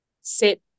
sit